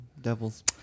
Devils